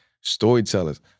storytellers